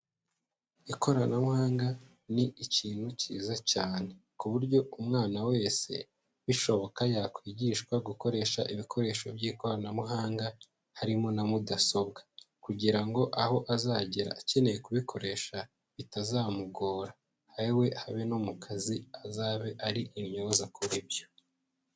Ikoranabuhanga ni ikintu cyiza cyane, ku buryo umwana wese bishoboka yakwigishwa gukoresha ibikoresho by'ikoranabuhanga harimo na mudasobwa, kugira ngo aho azagera akeneye kubikoresha bitazamugora, yewe habe no mu kazi azabe ari intyoza kuri ibyo.